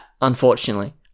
unfortunately